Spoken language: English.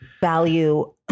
value